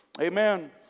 Amen